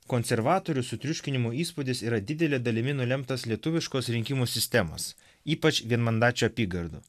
konservatorių sutriuškinimo įspūdis yra didelė dalimi nulemtas lietuviškos rinkimų sistemos ypač vienmandačių apygardų